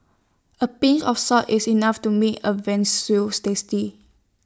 A pinch of salt is enough to make A Veal Stew tasty